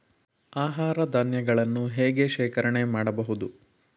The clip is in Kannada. ಆಹಾರ ಧಾನ್ಯಗಳನ್ನು ಹೇಗೆ ಶೇಖರಣೆ ಮಾಡಬಹುದು?